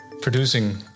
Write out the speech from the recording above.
producing